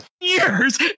years